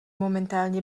momentálně